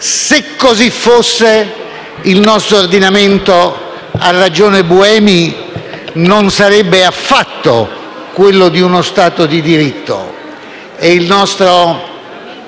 Se così fosse, il nostro ordinamento - ha ragione il collega Buemi - non sarebbe affatto quello di uno Stato di diritto